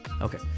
okay